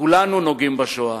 כולנו נוגעים בשואה.